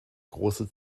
große